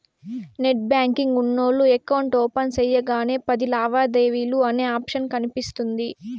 net banking ఉన్నోల్లు account open సెయ్యగానే పది లావాదేవీలు అనే ఆప్షన్ కనిపిస్తుంది